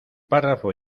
párrafo